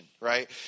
right